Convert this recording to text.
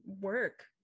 work